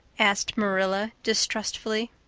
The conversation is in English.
asked marilla distrustfully.